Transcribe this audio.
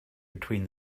between